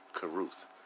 Caruth